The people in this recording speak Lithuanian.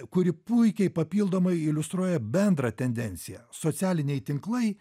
kuri puikiai papildomai iliustruoja bendrą tendenciją socialiniai tinklai